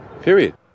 period